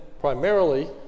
primarily